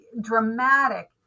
dramatic